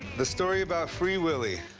the story about free willy.